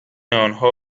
آنها